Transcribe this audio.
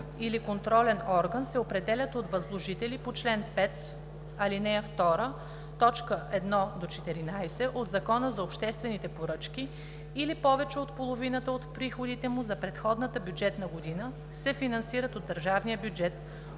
или контролен орган се определят от възложители по чл. 5, ал. 2, т. 1 – 14 от Закона за обществените поръчки или повече от половината от приходите му за предходната бюджетна година се финансират от държавния бюджет,